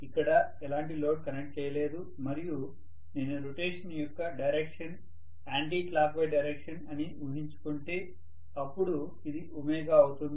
ఇక్కడ ఎలాంటి load connect చేయలేదు మరియు నేను రొటేషన్ యొక్క డైరెక్షన్ యాంటీ క్లాక్వైస్ డైరెక్షన్ అని ఊహించుకుంటే అపుడు ఇది ఒమేగా అవుతుంది